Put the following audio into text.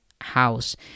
house